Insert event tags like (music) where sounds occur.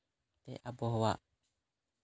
(unintelligible) ᱟᱵᱚᱦᱟᱣᱟ